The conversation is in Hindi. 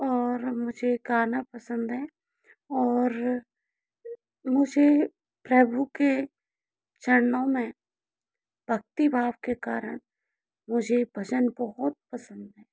और मुझे गाना पसंद है और मुझे प्रभु के चरणों में भक्ति भाव के कारण मुझे भजन बहुत पसंद है